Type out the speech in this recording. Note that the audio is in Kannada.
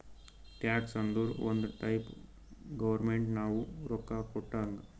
ಟ್ಯಾಕ್ಸ್ ಅಂದುರ್ ಒಂದ್ ಟೈಪ್ ಗೌರ್ಮೆಂಟ್ ನಾವು ರೊಕ್ಕಾ ಕೊಟ್ಟಂಗ್